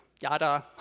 yada